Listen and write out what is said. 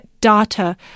data